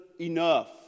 enough